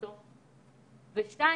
דבר שני,